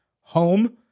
home